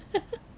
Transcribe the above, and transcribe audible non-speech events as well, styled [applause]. [laughs]